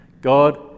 God